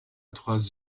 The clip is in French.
trois